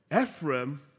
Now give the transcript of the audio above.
Ephraim